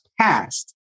past